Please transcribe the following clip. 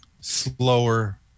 slower